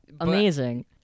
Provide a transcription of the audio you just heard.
amazing